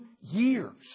years